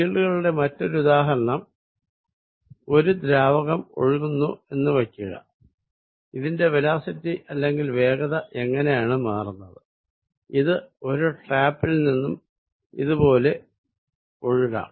field കളുടെ മറ്റൊരു ഉദാഹരണം ഒരു ദ്രാവകം ഒഴുകുന്നു എന്ന് വയ്ക്കുക ഇതിന്റെ വെലോസിറ്റി അല്ലെങ്കിൽ വേഗത എങ്ങിനെയാണ് മാറുന്നത് ഇത് ഒരു പക്ഷെ ഒരു ടാപ്പിൽ നിന്നും ഇത് പോലെ ഒഴുകാം